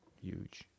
huge